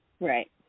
Right